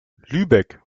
lübeck